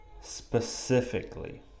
specifically